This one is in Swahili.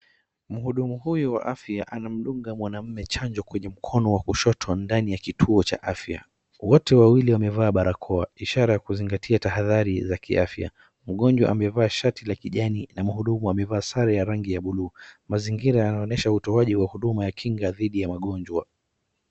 Mhudumu huyu wa afya anamdunga mwanaume chanjo kwenye mkono wa kushoto ndani ya kituo cha afya. Wote wawili wamevaa barakoa ishara ya kuzingatia tahadhari za kiafya. Mgonjwa amevaa shati la kijani na mhudumu amevaa sare la rangi ya buluu. Mazingira yanaonyesha utoaji wa huduma ya kinga dhidi ya magonjwa.